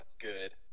good